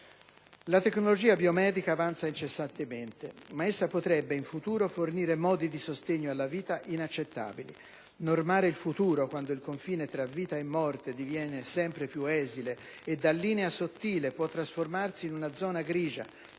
La tecnologia biomedica avanza incessantemente. Ma essa potrebbe, in futuro, fornire modi di sostegno alla vita inaccettabili. Normare il futuro, quando il confine tra vita e morte diviene sempre più esile e da linea sottile può trasformarsi in una zona grigia